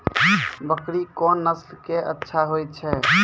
बकरी कोन नस्ल के अच्छा होय छै?